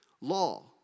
Law